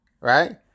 right